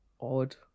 odd